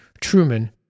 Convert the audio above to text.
Truman